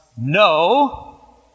No